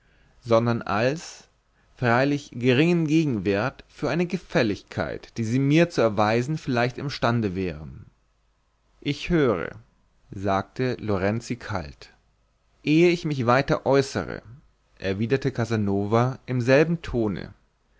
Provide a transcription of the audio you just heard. sondern als freilich geringen gegenwert für eine gefälligkeit die sie mir zu erweisen vielleicht imstande wären ich höre sagte lorenzi kalt ehe ich mich weiter äußere erwiderte casanova im selben tone